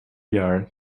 jaar